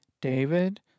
David